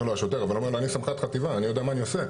אומר לו, אני סמח"ט חטיבה, אני יודע מה אני עושה.